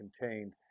contained